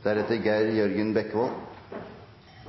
En av skolens viktigste oppgaver er